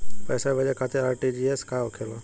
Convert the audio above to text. पैसा भेजे खातिर आर.टी.जी.एस का होखेला?